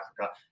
Africa